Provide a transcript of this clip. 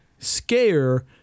Scare